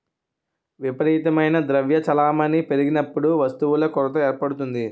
విపరీతమైన ద్రవ్య చలామణి పెరిగినప్పుడు వస్తువుల కొరత ఏర్పడుతుంది